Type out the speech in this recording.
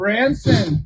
Branson